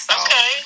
Okay